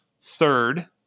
third